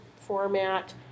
format